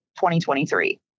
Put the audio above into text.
2023